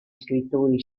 scrittori